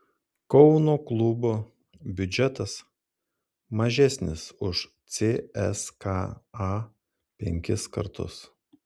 kauno klubo biudžetas mažesnis už cska penkis kartus